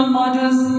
models